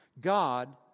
God